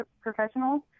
professionals